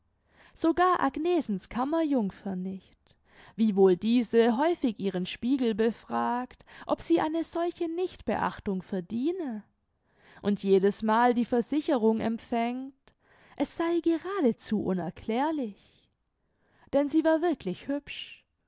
sogar agnesens kammerjungfer nicht wiewohl diese häufig ihren spiegel befragt ob sie eine solche nichtbeachtung verdiene und jedesmal die versicherung empfängt es sei geradezu unerklärlich denn sie war wirklich hübsch